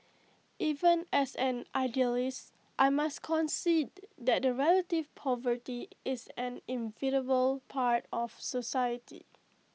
even as an idealist I must concede that relative poverty is an inevitable part of society